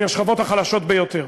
מן השכבות החלשות ביותר.